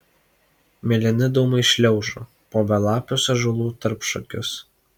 mėlyni dūmai šliaužo po belapius ąžuolų tarpšakius